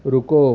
رکو